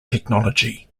technology